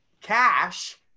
cash